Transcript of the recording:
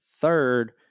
third